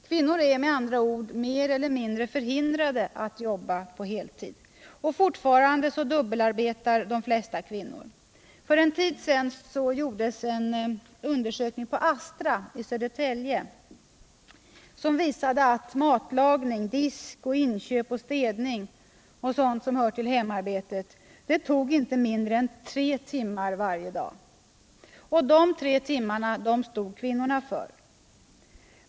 Kvinnor är med andra ord mer eller mindre förhindrade att arbeta heltid. Fortfarande dubbelarbetar de flesta kvinnor. För en tid sedan gjordes en undersökning på Astra i Södertälje vilken visade att matlagning, disk, inköp, städning och sådant som hör till hemarbetet tog inte mindre än tre timmar varje dag. De tre timmarna stod kvinnorna för.